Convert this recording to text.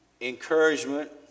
encouragement